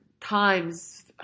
times